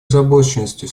озабоченностью